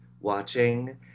watching